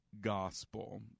Gospel